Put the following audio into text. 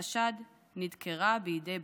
נדקרה בידי בנה,